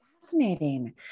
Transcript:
fascinating